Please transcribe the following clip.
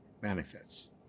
benefits